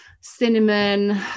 cinnamon